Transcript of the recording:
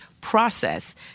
process